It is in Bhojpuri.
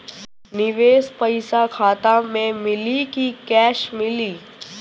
निवेश पइसा खाता में मिली कि कैश मिली?